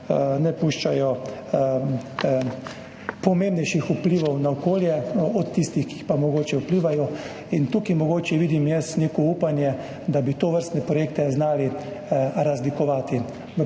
ne puščajo pomembnejših vplivov na okolje, od tistih, ki mogoče vplivajo. V tem mogoče vidim neko upanje – da bi tovrstne projekte znali razlikovati.